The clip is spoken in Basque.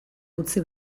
utzi